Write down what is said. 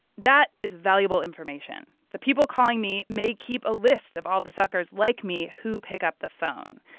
that is valuable information. the people calling me may keep a list of all the suckers, like me, who pick up the phone.